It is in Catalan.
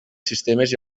sistemes